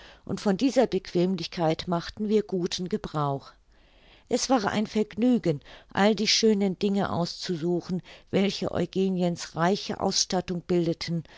und von dieser bequemlichkeit machten wir guten gebrauch es war ein vergnügen all die schönen dinge auszusuchen welche eugeniens reiche ausstattung bildeten